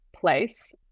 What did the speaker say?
place